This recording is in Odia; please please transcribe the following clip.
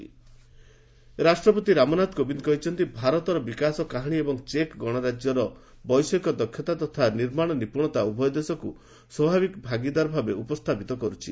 ପ୍ରେସିଡେଣ୍ଟ ଚେକ୍ ରିପବ୍ଲିକ୍ ରାଷ୍ଟ୍ରପତି ରାମନାଥ କୋବିନ୍ଦ୍ କହିଛନ୍ତି ଭାରତର ବିକାଶ କାହାଣୀ ଏବଂ ଚେକ୍ ଗଶରାଜ୍ୟର ବୈଷୟିକ ଦକ୍ଷତା ତଥା ନିର୍ମାଣ ନିପୁଣତା ଉଭୟ ଦେଶକୁ ସ୍ୱାଭାବିକ ଭାଗିଦାର ଭାବେ ଉପସ୍ଥାପିତ କରୁଛି